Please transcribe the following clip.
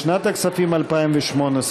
לשנת הכספים 2018,